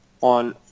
on